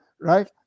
right